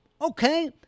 Okay